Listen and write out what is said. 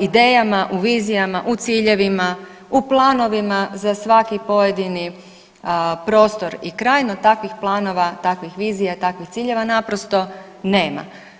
idejama, u vizijama, u ciljevima, u planovima za svaki pojedini prostor i trajno takvih planova, takvih vizija i takvih ciljeva naprosto nema.